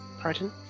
pardon